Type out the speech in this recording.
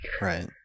Right